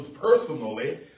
personally